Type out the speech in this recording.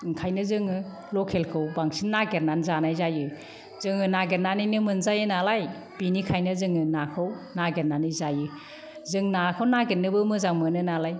ओंखायनो जोङो लखेलखौ बांसिन नागिरनानै जानाय जायो जोङो नागिरनानैनो मोनजायो नालाय बिनिखायनो जोङो नाखौ नागिरनानै जायो जों नाखौ नागिरनोबो मोजां मोनो नालाय